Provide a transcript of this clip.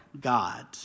God